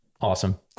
Awesome